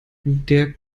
der